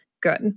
good